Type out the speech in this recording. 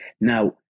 Now